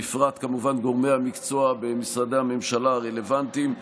בפרט כמובן גורמי המקצוע במשרדי הממשלה הרלוונטיים,